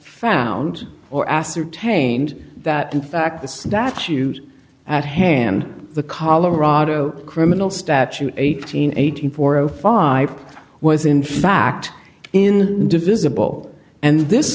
found or ascertained that in fact the statute at hand the colorado criminal statute eight hundred eighty four zero five was in fact in divisible and this